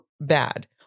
bad